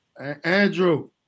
Andrew